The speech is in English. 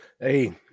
Hey